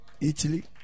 Italy